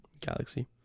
galaxy